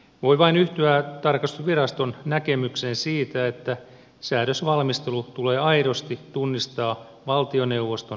voi vain yhtyä tarkastusviraston näkemykseen siitä että säädösvalmistelu tulee aidosti tunnistaa valtioneuvoston ydintehtäväksi